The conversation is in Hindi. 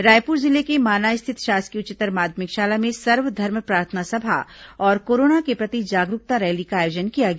रायपुर जिले के माना स्थित शासकीय उच्चतर माध्यमिक शाला में सर्व धर्म प्रार्थना सभा और कोरोना के प्रति जागरूकता रैली का आयोजन किया गया